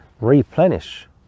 replenish